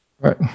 right